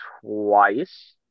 twice